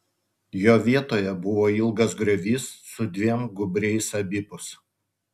jo vietoje buvo ilgas griovys su dviem gūbriais abipus